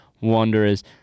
Wanderers